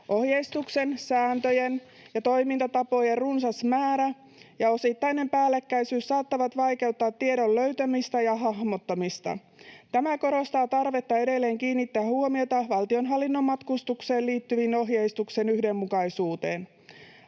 Ohjeistuksen, sääntöjen ja toimintatapojen runsas määrä ja osittainen päällekkäisyys saattavat vaikeuttaa tiedon löytämistä ja hahmottamista. Tämä korostaa tarvetta edelleen kiinnittää huomiota valtionhallinnon matkustukseen liittyvän ohjeistuksen yhdenmukaisuuteen.